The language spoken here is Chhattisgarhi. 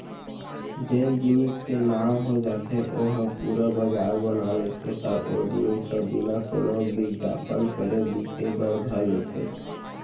जेन जेनिस के नांव हो जाथे ओ ह पुरा बजार बना लेथे तब ओ जिनिस ह बिना कोनो बिग्यापन करे बिके बर धर लेथे